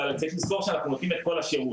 אבל צריך לזכור שאנחנו נותנים את כל השירות,